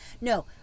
No